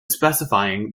specifying